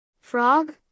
Frog